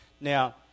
Now